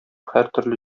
һәртөрле